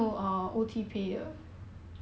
!huh! 这样的 ah